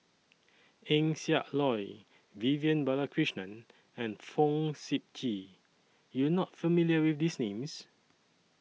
Eng Siak Loy Vivian Balakrishnan and Fong Sip Chee YOU Are not familiar with These Names